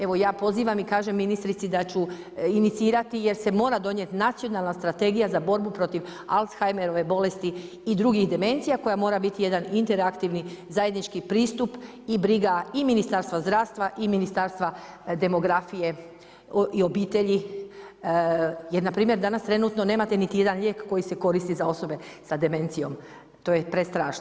Evo ja pozivam i kažem ministrici da ću inicirati jer se mora donijeti nacionalna strategija za borbu protiv Alzheimerove bolesti i drugih demencija koje mora biti jedan interaktivni zajednički pristup i briga i Ministarstva zdravstva i Ministarstva demografije i obitelji jer npr. danas trenutno nemate niti jedan lijek koji se koristi za osobe sa demencijom, to je prestrašno.